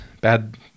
bad